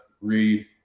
read